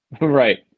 right